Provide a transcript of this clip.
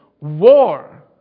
war